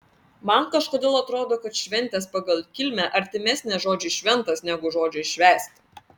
man kažkodėl atrodo kad šventės pagal kilmę artimesnės žodžiui šventas negu žodžiui švęsti